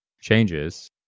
changes